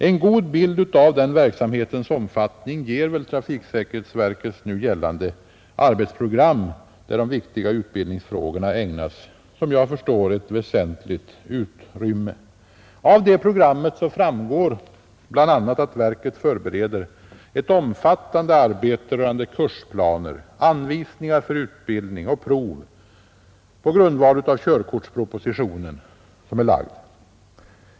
En god bild av den verksamhetens omfattning ger väl trafiksäkerhetsverkets nu gällande arbetsprogram, där de viktiga utbildningsfrågorna ägnas ett, som jag förstår, väsentligt utrymme. Av programmet framgår bl.a. att verket förbereder ett omfattande arbete rörande kursplaner, anvisningar för utbildning och prov på grundval av körkortspropositionen som är framlagd.